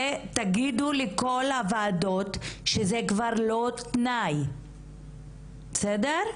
ותגידו לכל הוועדות שזה כבר לא תנאי, בסדר?